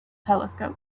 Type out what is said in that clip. telescope